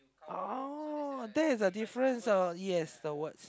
oh that is the difference ah yes the words